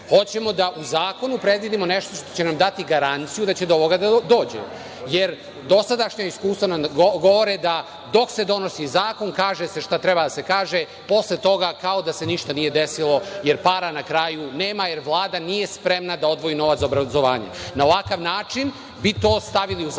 hoćemo da u zakonu predvidimo nešto što će dati garanciju da će do ovoga da dođe, jer dosadašnja iskustva govore da dok se donosi zakon kaže se šta treba da se kaže, posle toga kao da se ništa nije desilo, jer para na kraju nema, jer Vlada nije spremna da odvoji novac za obrazovanje. Na ovakav način bi to stavili u zakon